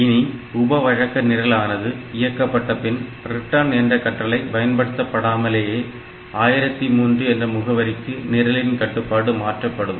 இனி உப வழக்க நிரலானது இயக்கப்பட்டபின் return என்ற கட்டளை பயன்படுத்தப்படாமலேயே 1003 என்ற முகவரிக்கு நிரலின் கட்டுப்பாடு மாற்றப்படும்